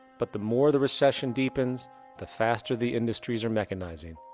but the more the recession deepens the faster the industries are mechanizing.